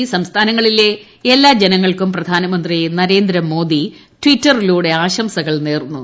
ഈ സംസ്ഥാനങ്ങളിലെ എല്ലാ ജനങ്ങൾക്കും പ്രധാനമന്ത്രി നരേന്ദ്ര മോദി ട്വിറ്ററിലൂടെ ആശംസങ്ങൾ നേർന്നു